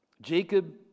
Jacob